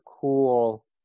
cool